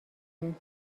اسم